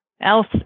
else